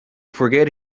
forget